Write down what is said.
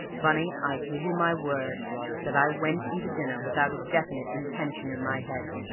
bunny, i give you my word that i went in to dinner without a definite intention in my head,